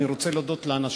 אני רוצה להודות לאנשים.